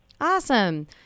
Awesome